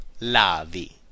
lavi